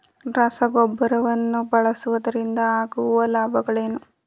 ರಸಗೊಬ್ಬರವನ್ನು ಬಳಸುವುದರಿಂದ ಆಗುವ ಲಾಭಗಳೇನು?